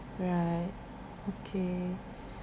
right okay